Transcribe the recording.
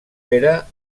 era